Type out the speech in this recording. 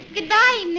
Goodbye